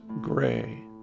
gray